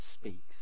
speaks